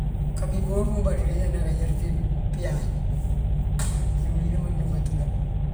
Kabí burënubá ţí kañan aká yër ţí piyay díwëlin ndëmënţ dun katula.